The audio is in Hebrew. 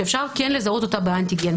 שאפשר לזהות אותה באנטיגן,